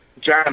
John